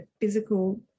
physical